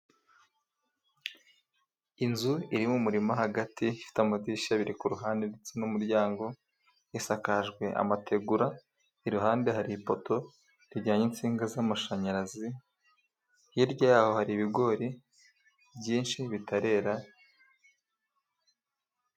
Inzu irimo umurima hagati, ifite amadirishya abiri ku ruhande, ndetse n'umuryango. Isakajwe amategura, iruhande hari ipoto rijyana insinga z'amashanyarazi. Hirya y'aho hari ibigori byinshi bitarera.